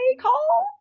call